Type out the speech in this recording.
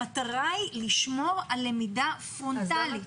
המטרה היא לשמור על למידה פרונטלית.